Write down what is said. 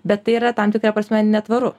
bet tai yra tam tikra prasme netvaru